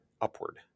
upward